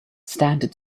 standard